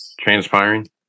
transpiring